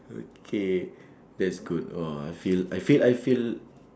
okay that's good !wah! I feel I feel I feel